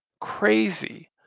crazy